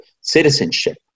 citizenship